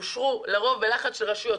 לרוב בלחץ של רשויות.